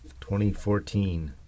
2014